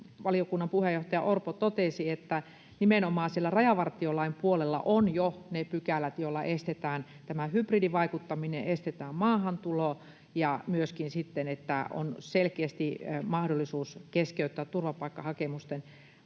valiokunnan puheenjohtaja Orpo totesi, että nimenomaan rajavartiolain puolella ovat jo ne pykälät, joilla estetään hybridivaikuttaminen, estetään maahantulo ja joilla on myöskin selkeästi mahdollisuus keskeyttää turvapaikkahakemusten